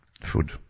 food